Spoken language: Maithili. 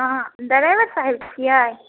हँ डरेबर साहेब छियै